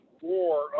war